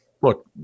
look